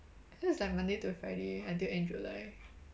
this is like monday to friday until end july